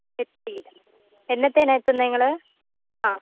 എത്തിയില്ല എന്നത്തേനാ എത്തുന്നത് നിങ്ങൾ ആ